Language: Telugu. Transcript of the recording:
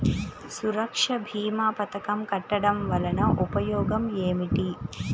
సురక్ష భీమా పథకం కట్టడం వలన ఉపయోగం ఏమిటి?